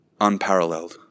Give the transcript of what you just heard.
unparalleled